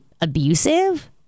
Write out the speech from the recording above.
abusive